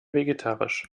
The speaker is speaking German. vegetarisch